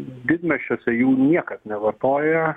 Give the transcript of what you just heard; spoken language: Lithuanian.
didmiesčiuose jų niekas nevartoja